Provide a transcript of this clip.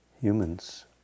humans